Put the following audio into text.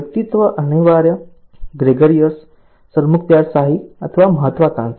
વ્યક્તિત્વ અનિવાર્ય ગ્રેગરીયસ સરમુખત્યારશાહી અથવા મહત્વાકાંક્ષી